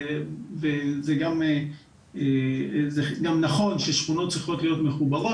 זה גם נכון ששכונות צריכות להיות מחוברות.